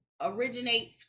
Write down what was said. originate